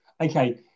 Okay